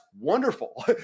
wonderful